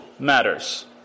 Matters